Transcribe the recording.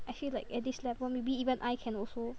I feel like at this level maybe even I can also